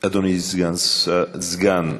להעביר את הנושא לוועדת החוץ והביטחון נתקבלה.